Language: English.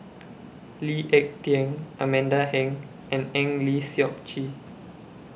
Lee Ek Tieng Amanda Heng and Eng Lee Seok Chee